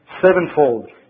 sevenfold